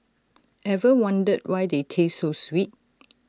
ever wondered why they taste so sweet